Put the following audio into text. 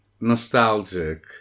nostalgic